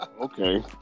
Okay